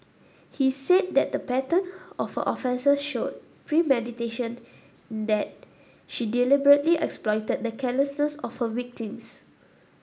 he said that the pattern of her offences showed premeditation in that she deliberately exploited the carelessness of her victims